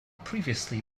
previously